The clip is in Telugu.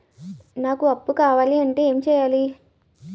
నాకు అప్పు కావాలి అంటే ఎం చేయాలి?